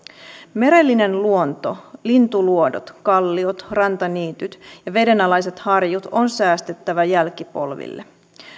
merellinen luonto lintuluodot kalliot rantaniityt ja vedenalaiset harjut on säästettävä jälkipolville